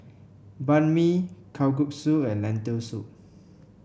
Banh Mi Kalguksu and Lentil Soup